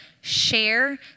share